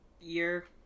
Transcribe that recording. year